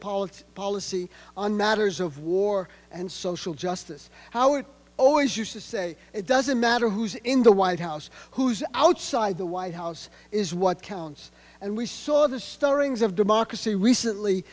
politics policy on matters of war and social justice howard always used to say it doesn't matter who's in the white house who's outside the white house is what counts and we saw the story of democracy recently